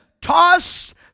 tossed